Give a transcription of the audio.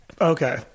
Okay